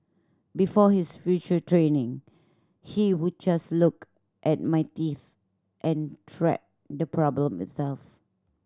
before his further training he would just look at my teeth and treat the problem itself